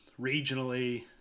regionally